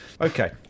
Okay